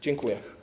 Dziękuję.